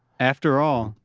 after all,